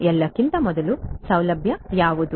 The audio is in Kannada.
ಎಲ್ಲಕ್ಕಿಂತ ಮೊದಲು ಸೌಲಭ್ಯ ಯಾವುದು